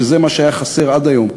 שזה מה שהיה חסר עד היום.